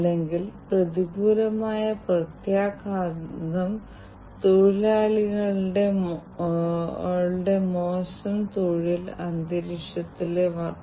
അതിനാൽ ഈ സെൻസറിന് അത് ചെയ്യാൻ നിങ്ങളെ സഹായിക്കാനാകും തുടർന്ന് ഞങ്ങൾക്ക് ഒരു ആക്യുവേറ്റർ ഉണ്ട് അത് ഒരു ബസർ ആണ്